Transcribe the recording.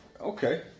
Okay